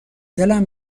دلم